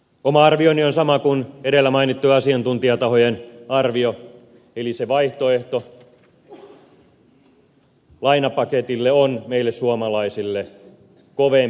oma arvioni on sama kuin edellä mainittujen asiantuntijatahojen arvio eli se vaihtoehto lainapaketille on meille suomalaisille kovempi ja raskaampi